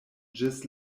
ĝis